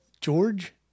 George